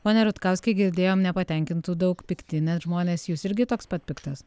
pone rutkauskai girdėjom nepatenkintų daug pikti net žmonės jūs irgi toks pat piktas